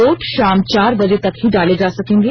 vote शाम चार बजे तक ही डाले जा सकेंगे